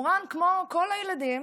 מורן, כמו כל הילדים,